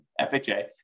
FHA